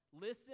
Listen